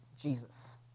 Jesus